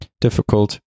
difficult